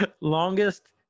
Longest